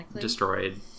destroyed